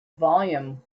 volume